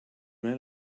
men